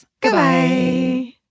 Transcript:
Goodbye